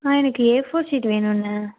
ஆ எனக்கு A four sheet வேணுண்ணே